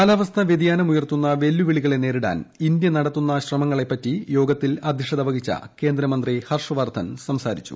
കാലാവസ്ഥ വൃതിയാനം ഉയർത്തുന്ന വെല്ലുവിളികളെ നേരിടാൻ ഇന്ത്യ നടത്തുന്ന ശ്രമങ്ങളെ പറ്റി യോഗത്തിൽ അധൃക്ഷത വഹിച്ച കേന്ദ്രമന്ത്രി ഹർഷ് വർദ്ധൻ സംസാരിച്ചു